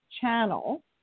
channel